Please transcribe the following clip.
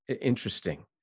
interesting